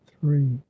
three